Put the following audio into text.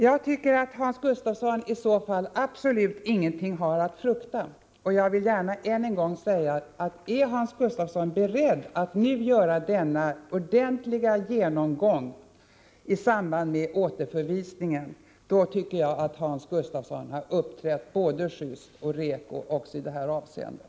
Jag tycker att Hans Gustafsson i så fall absolut ingenting har att frukta, och jag vill gärna än en gång säga att om Hans Gustafsson är beredd att nu göra denna ordentliga genomgång i samband med återförvisningen, då tycker jag att han har uppträtt både just och reko också i det här avseendet.